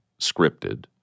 scripted